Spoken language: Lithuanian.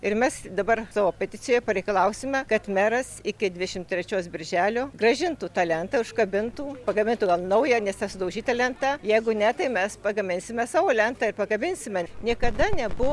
ir mes dabar savo peticijoj pareikalausime kad meras iki dvidešim trečios birželio grąžintų tą lentą užkabintų pakabintų gal naują nes ta sudaužyta lenta jeigu ne tai mes pagaminsime savo lentą ir pakabinsime niekada nebuvo